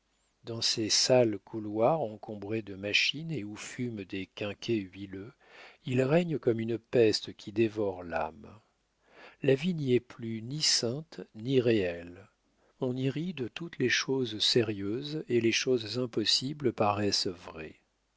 dans ces sales couloirs encombrés de machines et où fument des quinquets huileux il règne comme une peste qui dévore l'âme la vie n'y est plus ni sainte ni réelle on y rit de toutes les choses sérieuses et les choses impossibles paraissent vraies